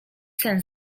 sen